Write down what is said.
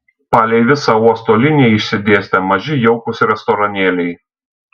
palei visą uosto liniją išsidėstę maži jaukūs restoranėliai